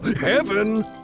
Heaven